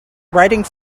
riding